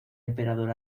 emperador